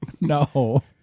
No